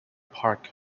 park